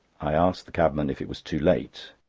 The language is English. i asked the cabman if it was too late.